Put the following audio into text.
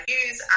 use